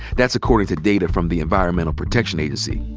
that's according to data from the environmental protection agency.